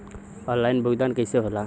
Online भुगतान कईसे होला?